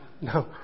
no